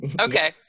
Okay